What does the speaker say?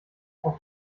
auf